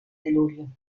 telurio